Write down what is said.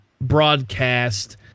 broadcast